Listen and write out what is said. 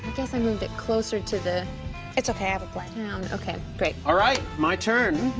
guess i moved it closer to the it's okay, i have a plan. um okay, great. alright, my turn.